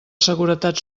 seguretat